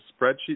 spreadsheet